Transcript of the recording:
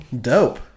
Dope